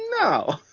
No